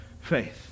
faith